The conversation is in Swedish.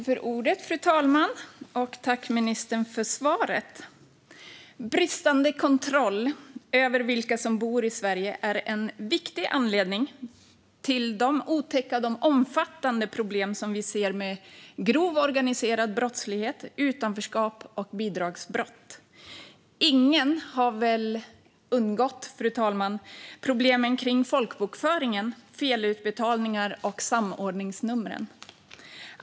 Fru talman! Jag tackar ministern för svaret. Bristande kontroll över vilka som bor i Sverige är en viktig anledning till de otäcka och omfattande problem vi ser med grov organiserad brottslighet, utanförskap och bidragsbrott. Det har väl inte undgått någon problemen med folkbokföringen, felutbetalningar och samordningsnummer.